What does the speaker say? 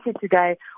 today